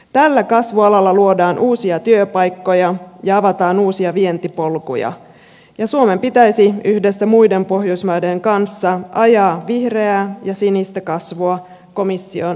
tällä kasvualalla luodaan uusia työpaikkoja ja avataan uusia vientipolkuja ja suomen pitäisi yhdessä muiden pohjoismaiden kanssa ajaa vihreää ja sinistä kasvua komission ohjelmaan